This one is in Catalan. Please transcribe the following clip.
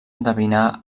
endevinar